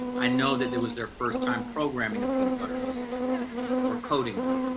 i know that that was their first time programming a peanut butter and jelly sandwich or coding one.